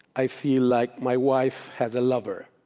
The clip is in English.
i feel like my wife has a lover.